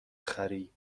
خری